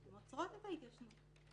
הן עוצרות את ההתיישנות.